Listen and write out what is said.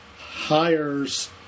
hires